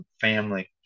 family